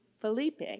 Felipe